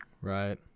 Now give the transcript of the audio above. right